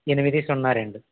ఎనిమిది సున్నా రెండు